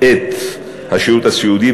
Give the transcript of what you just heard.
השירות הסיעודי,